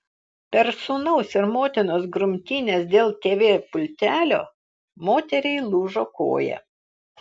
per sūnaus ir motinos grumtynes dėl tv pultelio moteriai lūžo koja